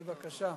בבקשה.